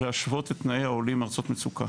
להשוות את תנאי העולים מארצות מצוקה.